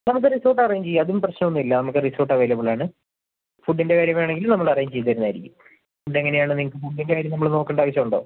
നമുക്ക് resort arrange ചെയ്യാം അതും പ്രശ്നം ഒന്നും ഇല്ല നമുക്ക് റിസോർട്ട് അവൈലബിൾ ആണ് ഫുഡിൻ്റെ കാര്യം വേണമെങ്കിലും നമ്മൾ അറേഞ്ച് ചെയ്തുതരുന്നത് ആയിരിക്കും ഫുഡ് എങ്ങനെയാണ് നിങ്ങൾക്ക് ഫുഡിൻ്റെ കാര്യം നമ്മൾ നോക്കേണ്ട ആവശ്യം ഉണ്ടോ